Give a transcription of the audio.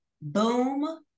boom